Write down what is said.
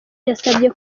yasabye